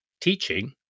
teaching